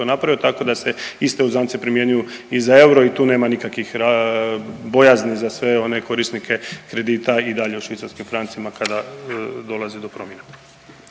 napravio, tako da se iste uzance primjenjuju i za euro i tu nema nikakvih bojazni za sve one korisnike kredita i dalje u švicarskim francima kada dolazi do promjena.